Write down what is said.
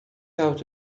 out